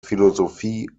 philosophie